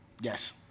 Yes